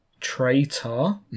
traitor